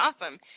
awesome